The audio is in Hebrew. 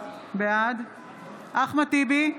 בעד אחמד טיבי,